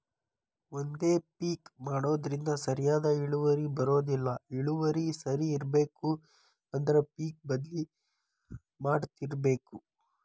ಒಂದೇ ಪಿಕ್ ಮಾಡುದ್ರಿಂದ ಸರಿಯಾದ ಇಳುವರಿ ಬರುದಿಲ್ಲಾ ಇಳುವರಿ ಸರಿ ಇರ್ಬೇಕು ಅಂದ್ರ ಪಿಕ್ ಬದ್ಲಿ ಮಾಡತ್ತಿರ್ಬೇಕ